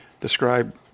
describe